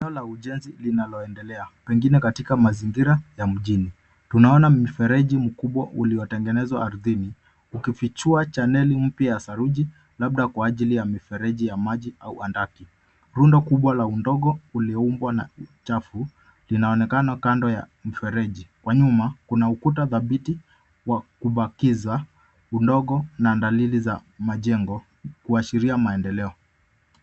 La ujenzi linalo endelea pengine katika mazingira ya mjini. Tunaona mifereji mkubwa uliotengenezwa ardhini ukifichua channel mpya ya saruji labda kwa ajili ya mifereji ya maji au andaki. Rundo kubwa la udogo ulioumbwa na uchafu linaonekana kando ya mfereji. Kwa nyuma kuna ukuta thabiti wa kubakiza udogo na dalili za majengo kuashiria maendeleo.